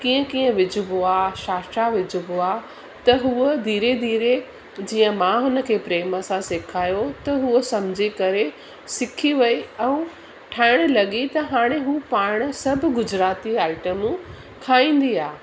कीअं कीअं विझिबो आहे छा छा विझिबो आहे त उहा धीरे धीरे जीअं मां हुन खे प्रेम सां सेखारियो त उहा सम्झी करे सिखी वई ऐं ठाहिणु लॻी त हाणे उहा पाण सभु गुजरातियूं आइटमूं खाईंदी आहे